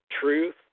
truth